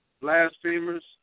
blasphemers